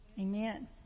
amen